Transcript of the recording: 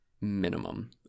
minimum